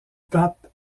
pape